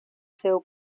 seu